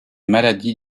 maladies